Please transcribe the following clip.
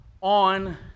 on